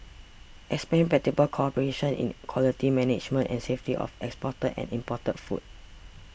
expand practical cooperation in quality management and safety of exported and imported food